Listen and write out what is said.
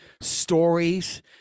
stories